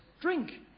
drink